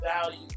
value